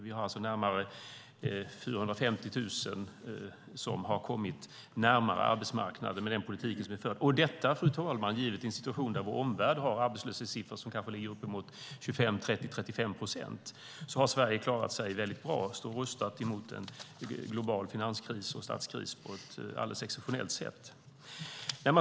Vi har alltså närmare 450 000 som har kommit närmare arbetsmarknaden med den politik som vi för. I en situation, fru talman, där vår omvärld har arbetslöshetssiffror som kanske ligger uppemot 25, 30 eller 35 procent har Sverige klarat sig väldigt bra och står rustat emot en global finanskris och statskris på ett alldeles exceptionellt sätt.